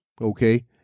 okay